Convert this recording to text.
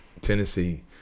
tennessee